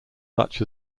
such